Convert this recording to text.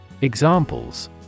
Examples